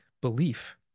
belief